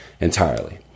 entirely